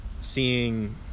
seeing